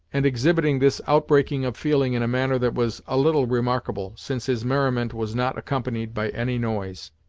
and exhibiting this outbreaking of feeling in a manner that was a little remarkable, since his merriment was not accompanied by any noise.